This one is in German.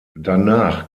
danach